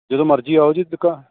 ਜਦੋਂ ਮਰਜ਼ੀ ਆਓ ਜੀ ਦੁਕਾ